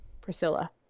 Priscilla